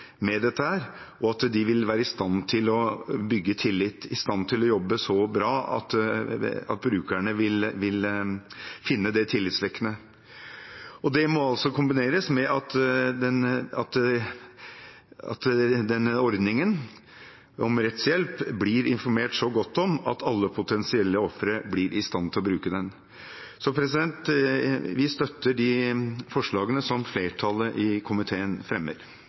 med dette, og at de vil være i stand til å bygge tillit, i stand til å jobbe så bra at brukerne vil finne det tillitvekkende. Og det må kombineres med at denne ordningen om rettshjelp blir så godt informert om at alle potensielle ofre blir i stand til å bruke den. Vi støtter de forslagene som flertallet i komiteen fremmer.